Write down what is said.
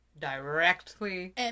directly